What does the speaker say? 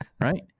right